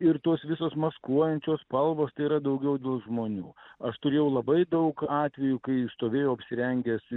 ir tos visos maskuojančios spalvos tai yra daugiau dėl žmonių aš turėjau labai daug atvejų kai stovėjau apsirengęs